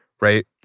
Right